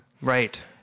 Right